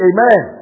Amen